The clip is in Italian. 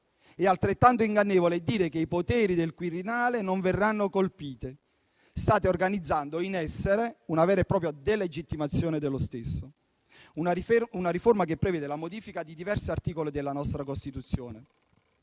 Altrettanto ingannevole è dire che i poteri del Quirinale non verranno colpiti. State organizzando in essere una vera e propria delegittimazione dello stesso, una riforma che prevede la modifica di diversi articoli della nostra Costituzione.